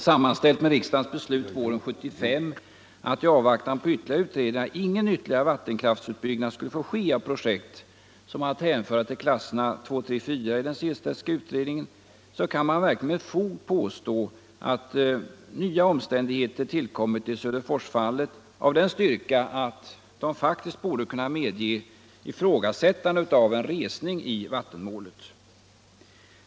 Sammanställt med riksdagens beslut våren 1975, att i avvaktan på ytterligare utredningar ingen vattenkraftsutbyggnad skulle få ske av projekt som är att hänföra till klasserna 2, 3 och 4 i den Sehlstedtska utredningen, kan man verkligen med fog påstå att nya omständigheter tillkommit i Söderforsfallet av den styrka att de borde kunna medge resning i vattenmålet.